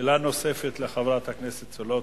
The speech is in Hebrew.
שאלה נוספת לחברת הכנסת סולודקין.